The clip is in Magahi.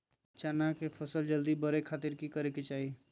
चना की फसल जल्दी बड़े खातिर की करे के चाही?